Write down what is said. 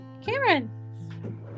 Cameron